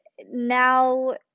now